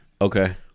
Okay